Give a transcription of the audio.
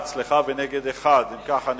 1. אם כך,